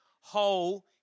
whole